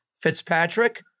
Fitzpatrick